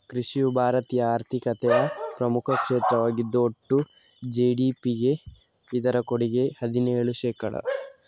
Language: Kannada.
ಕೃಷಿಯು ಭಾರತೀಯ ಆರ್ಥಿಕತೆಯ ಪ್ರಮುಖ ಕ್ಷೇತ್ರವಾಗಿದ್ದು ಒಟ್ಟು ಜಿ.ಡಿ.ಪಿಗೆ ಇದರ ಕೊಡುಗೆ ಹದಿನೇಳು ಶೇಕಡಾ